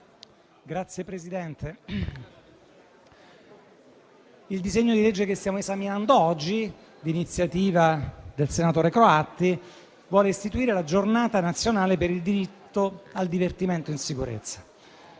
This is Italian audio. Signor Presidente, il disegno di legge che stiamo esaminando oggi, di iniziativa del senatore Croatti, vuole istituire la Giornata nazionale per il diritto al divertimento in sicurezza.